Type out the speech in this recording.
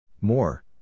More